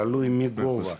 בגובה,